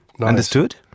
Understood